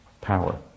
power